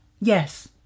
Yes